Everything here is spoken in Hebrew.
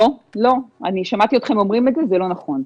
אני שמעתי אתכם אומרים את זה - זה לא נכון.